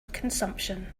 consumption